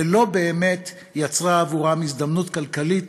ולא באמת יצרה עבורם הזדמנות כלכלית